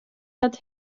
dat